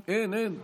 אין, אין.